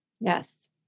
Yes